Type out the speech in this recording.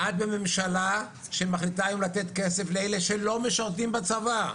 את בממשלה שמחליטה אם לתת כסף לאלה שלא משרתים בצבא.